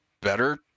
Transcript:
better